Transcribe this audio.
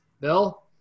Bill